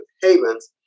Havens